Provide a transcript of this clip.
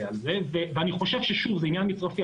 על זה ואני חושב שזה עניין מצרפי,